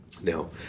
Now